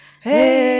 hey